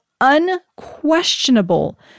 unquestionable